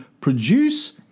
produce